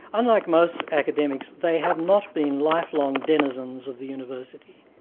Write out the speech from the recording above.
unlike most academics they have not been lifelong denizens of the university.